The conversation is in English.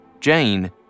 Jane